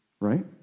right